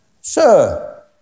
sir